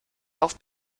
auf